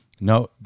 No